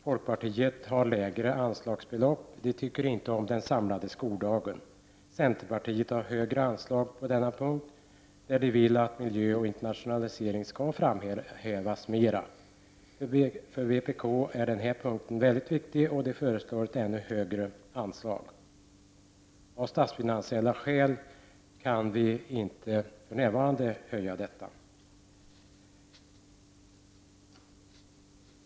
Folkpartisterna har lägre anslagsbelopp. De tycker om den samlade skoldagen. Centern har högre anslag på denna punkt, där man vill att miljö och internationalisering skall framhävas mera. För vpk är den här punkten väldigt viktig, och man föreslår ett ännu högre belopp. Av statsfinansiella skäl kan vi inte höja anslaget för närvarande.